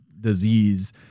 disease